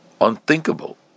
unthinkable